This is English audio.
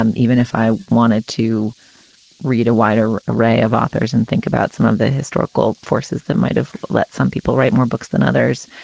um even if i wanted to read a wider array of authors and think about some of the historical forces that might have let some people write more books than others.